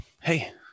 Hey